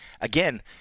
again